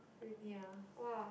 uni ah !wah!